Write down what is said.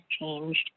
changed